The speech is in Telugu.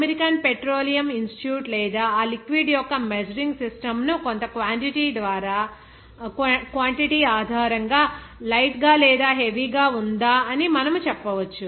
అమెరికన్ పెట్రోలియం ఇన్స్టిట్యూట్ లేదా ఆ లిక్విడ్ యొక్క మెజరింగ్ సిస్టమ్ ను కొంత క్వాంటిటీ ఆధారంగా లైట్ గా లేదా హెవీ గా ఉందా అని మనము చెప్పవచ్చు